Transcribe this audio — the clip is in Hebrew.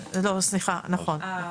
לא, סליחה, נכון.